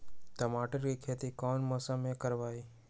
टमाटर की खेती कौन मौसम में करवाई?